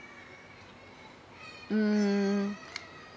mm